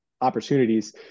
opportunities